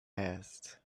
asked